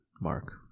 mark